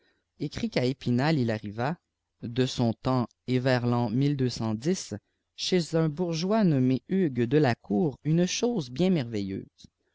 et inal il arriva de son temps et vers la hez un bourgeois nommé hugues de la cour une chosp bien